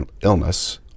illness